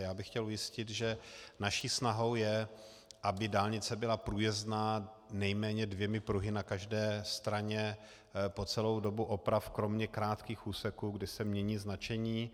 Já bych chtěl ujistit, že naší snahou je, aby dálnice byla průjezdná nejméně dvěma pruhy na každé straně po celou dobu oprav kromě krátkých úseků, kde se mění značení.